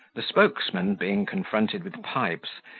the spokesman, being confronted with pipes,